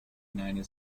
united